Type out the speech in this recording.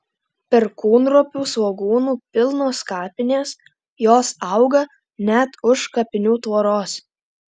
perkūnropių svogūnų pilnos kapinės jos auga net už kapinių tvoros